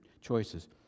choices